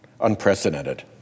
unprecedented